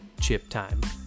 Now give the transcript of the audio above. CHIPTIME